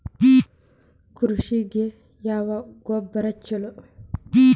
ಕೃಷಿಗ ಯಾವ ಗೊಬ್ರಾ ಛಲೋ?